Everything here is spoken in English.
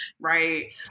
right